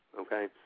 okay